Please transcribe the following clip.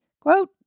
quote